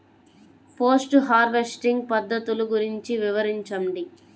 Post harvesting పద్ధతులు గురించి వివరించండి?